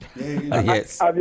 Yes